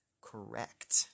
correct